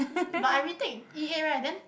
but I retake E eight right then